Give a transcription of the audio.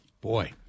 boy